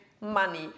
money